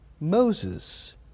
Moses